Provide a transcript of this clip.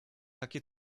takie